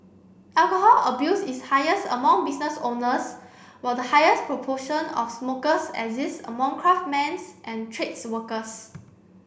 alcohol abuse is highest among business owners while the highest proportion of smokers exists among craftsmen's and trades workers